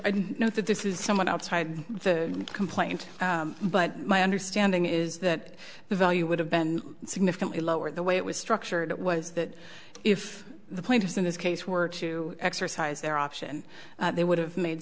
don't know that this is someone outside the complaint but my understanding is that the value would have been significantly lower the way it was structured it was that if the plaintiffs in this case were to exercise their option they would have made